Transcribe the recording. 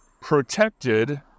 protected